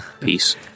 Peace